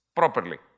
properly